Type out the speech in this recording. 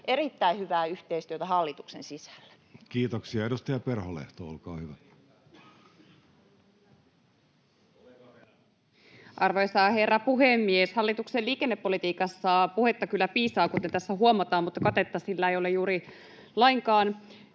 Erittäin hyvää yhteistyötä hallituksen sisällä. Kiitoksia. — Edustaja Perholehto, olkaa hyvä. Arvoisa herra puhemies! Hallituksen liikennepolitiikassa puhetta kyllä piisaa, kuten tässä huomataan, mutta katetta sillä ei ole juuri lainkaan.